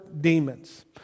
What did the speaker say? demons